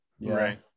Right